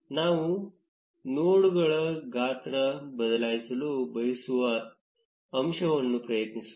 ನಾವು ನೋಡ್ಗಳ ಗಾತ್ರ ಬದಲಾಯಿಸಲು ಬಯಸುವ ಅಂಶವನ್ನು ಪ್ರಯತ್ನಿಸೋಣ